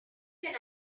can